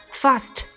fast